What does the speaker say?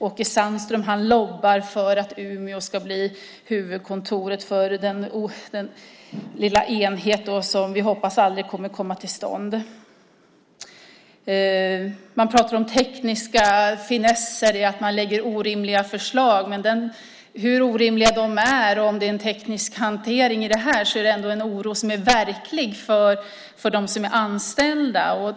Åke Sandström lobbar för att Umeå ska bli huvudkontoret för den lilla enhet som vi hoppas aldrig kommer att komma till stånd. Man pratar om tekniska finesser med att lägga fram orimliga förslag. Men hur orimliga de än är och om det är en teknisk hantering eller inte är det ändå en oro som är verklig för dem som är anställda.